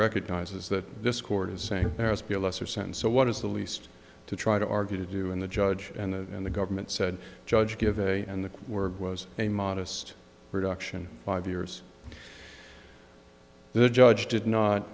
recognizes that this court is saying there is be a lesser sentence so what is the least to try to argue to do and the judge and the government said judge give a and the word was a modest reduction five years the judge did not